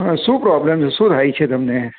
હ શું પ્રોબલમ છે શું થાય છે તમને